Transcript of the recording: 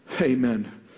amen